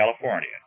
California